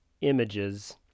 images